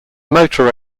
motor